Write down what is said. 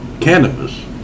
cannabis